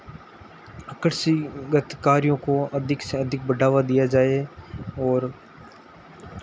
कृषिगत कार्यों को अधिक से अधिक बढ़ावा दिया जाए और